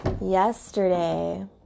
Yesterday